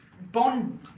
Bond